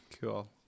Cool